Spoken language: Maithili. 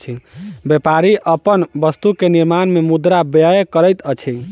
व्यापारी अपन वस्तु के निर्माण में मुद्रा व्यय करैत अछि